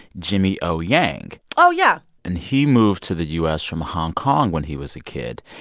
jimmy o. yang oh, yeah and he moved to the u s. from hong kong when he was a kid.